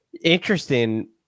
Interesting